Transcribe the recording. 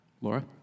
Laura